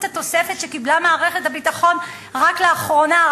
התוספת שקיבלה מערכת הביטחון רק לאחרונה,